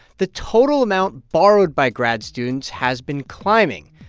the total amount borrowed by grad students has been climbing.